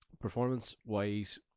Performance-wise